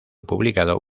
publicado